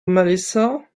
melissa